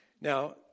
Now